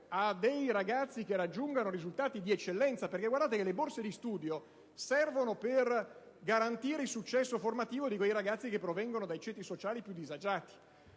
ai ragazzi che raggiungano risultati di eccellenza. Infatti, badate che le borse di studio servono per garantire il successo formativo di quei ragazzi che provengono dai ceti sociali più disagiati